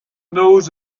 knows